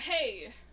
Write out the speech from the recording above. Hey